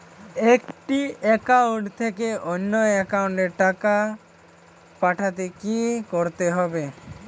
একটি একাউন্ট থেকে অন্য একাউন্টে টাকা পাঠাতে কি করতে হবে?